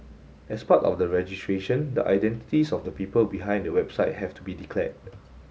as part of the registration the identities of the people behind the website have to be declared